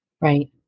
Right